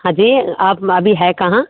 हाँ जी आप अभी हैं कहाँ